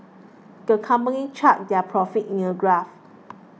the company charted their profits in a graph